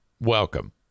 Welcome